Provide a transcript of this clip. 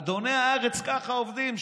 אדוני הארץ ככה עובדים,